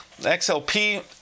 XLP